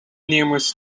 numerous